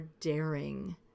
daring